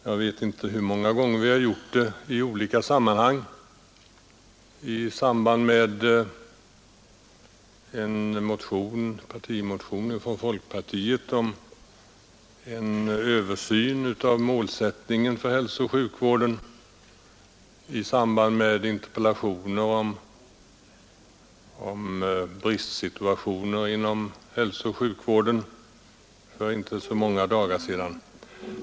Jag vet inte hur många gånger vi gjort det i olika sammanhang; det har skett bl.a. i samband med behandlingen av en partimotion från folkpartiet om en utredning av målsättningen för hälsooch sjukvården och — för inte så många dagar sedan — i samband med interpellationer om bristsituationen inom hälsooch sjukvården.